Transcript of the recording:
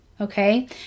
okay